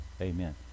Amen